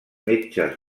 metges